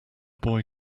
boy